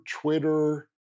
Twitter